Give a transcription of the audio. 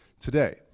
today